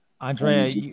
Andrea